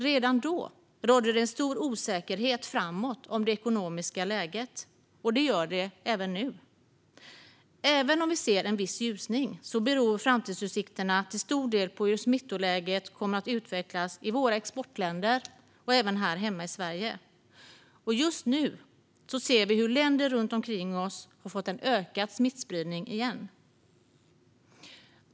Redan då rådde stor osäkerhet om det ekonomiska läget framöver, och det gör det även nu. Även om vi ser en viss ljusning beror framtidsutsikterna till stor del på hur smittläget kommer att utvecklas i våra exportländer och även här hemma i Sverige. Just nu ser vi hur länder runt omkring oss har fått en ökad smittspridning igen.